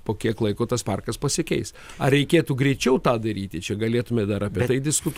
po kiek laiko tas parkas pasikeis ar reikėtų greičiau tą daryti čia galėtume dar apie tai diskutuot